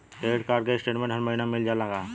Credit card क statement हर महिना मिल जाला का?